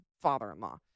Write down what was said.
father-in-law